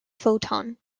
photon